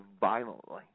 violently